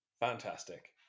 Fantastic